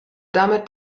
damit